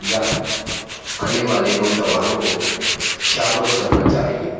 या आने वाले नोजवानों को जागरुक करना चाहिए